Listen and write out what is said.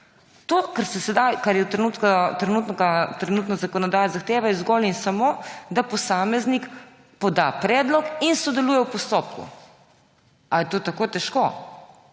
postopku. To, kar trenutno zakonodaja zahteva, je zgolj in samo, da posameznik poda predlog in sodeluje v postopku. Ali je to tako težko